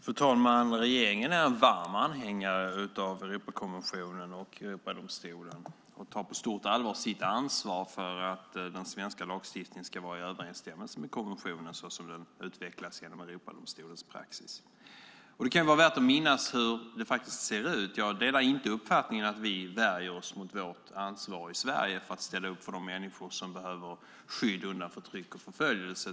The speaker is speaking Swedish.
Fru talman! Regeringen är en varm anhängare av Europakonventionen och Europadomstolen och tar på stort allvar sitt ansvar för att den svenska lagstiftningen ska vara i överensstämmelse med konventionen såsom den utvecklas genom Europadomstolens praxis. Det kan vara värt att minnas hur det faktiskt ser ut. Jag delar inte uppfattningen att vi i Sverige värjer oss mot vårt ansvar att ställa upp för de människor som behöver skydd undan förtryck och förföljelse.